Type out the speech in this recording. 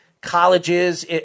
colleges